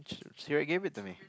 she'd give it to me